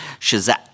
shazak